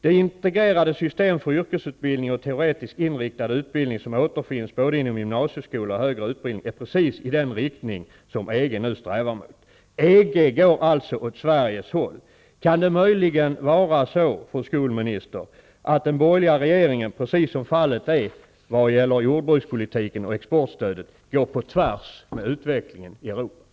Det integrerade system för yrkesutbildning och teoretiskt inriktad utbildning som återfinns både inom gymnasieskola och högre utbildning är precis i den riktning som EG nu strävar mot. EG går alltså åt Sveriges håll. Kan det möjligen vara så, fru skolminister, att den borgerliga regeringen, precis som fallet är när det gäller jordbrukspolitiken och exportstödet, går på tvärs mot utvecklingen i Europa?